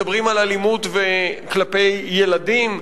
מדברים על אלימות כלפי ילדים ובני-נוער,